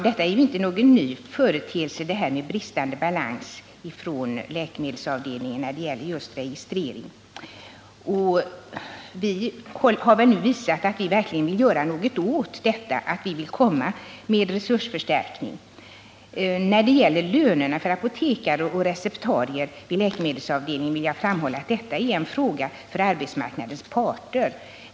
Herr talman! Läkemedelsavdelningens bristande balans i fråga om registreringen är inte någon ny företeelse. Vi har väl nu visat att vi verkligen vill göra någonting åt detta, att vi vill sätta in en resursförstärkning. När det gäller lönerna för apotekare och receptarier vid läkemedelsavdelningen vill jag framhålla att detta är en fråga för arbetsmarknadens parter.